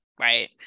right